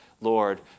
Lord